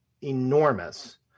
enormous